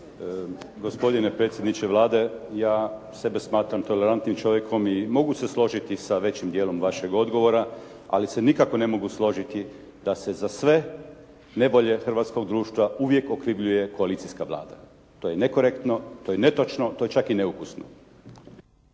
Gospodine predsjedniče Vlade, ja sebe smatram tolerantnim čovjekom i mogu se složiti sa većim dijelom vašeg odgovora, ali se nikako ne mogu složiti da se za sve nevolje hrvatskog društva uvijek okrivljuje koalicijska Vlada. To je nekorektno, to je netočno, to je čak i neukusno.